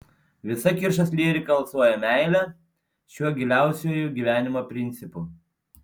visa kiršos lyrika alsuoja meile šiuo giliausiuoju gyvenimo principu